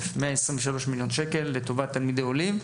123,000,000 מושקעים לטובת תלמידי עולים.